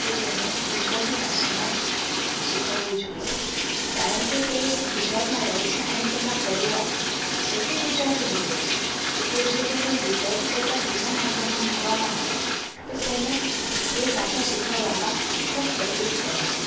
તો તેને ગુજરાતી ભાષામાં જ શીખવવું જોઈએ કારણ કે તે ગુજરાતમાં રહે છે અને તેનો પરિવાર છે તે ગુજરાતી બોલે છે એટલે જો તેને ગુજરાતી કરતાં બીજા માધ્યમમાં મૂકવામાં આવે તો તેને તે ભાષા શીખવવામાં ખૂબ તકલીફ પડે છે